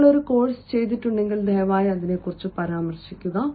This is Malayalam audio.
നിങ്ങൾ ഒരു കോഴ്സ് ചെയ്തിട്ടുണ്ടെങ്കിൽ ദയവായി പരാമർശിക്കുക